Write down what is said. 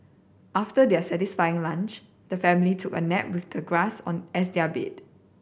after their satisfying lunch the family took a nap with the grass as their bed